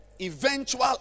eventual